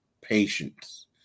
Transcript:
patience